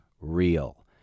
real